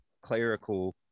clerical